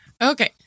Okay